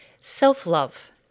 Self-love